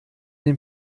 den